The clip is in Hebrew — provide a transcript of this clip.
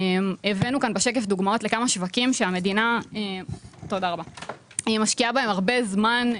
הבאנו בשקף דוגמאות לכמה שווקים שהמדינה משקיעה בהם הרבה זמן,